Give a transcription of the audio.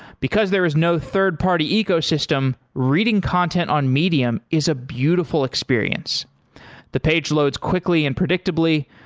because there is no third party ecosystem, reading content on medium is a beautiful experience the page loads quickly and predictably,